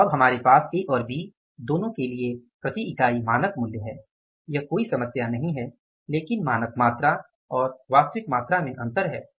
तो अब हमारे पास ए और बी दोनों के लिए प्रति इकाई मानक मूल्य है यह कोई समस्या नहीं है लेकिन मानक मात्रा और वास्तविक मात्रा में अंतर है